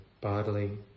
bodily